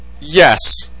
Yes